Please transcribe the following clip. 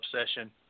obsession